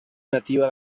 nativa